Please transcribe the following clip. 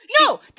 No